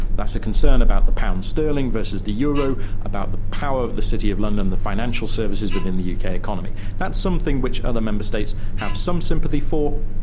that's a concern about the pound sterling versus the euro, about the power of the city of london, the financial services within the uk economy. that's something which other member states have some sympathy for,